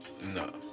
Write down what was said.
No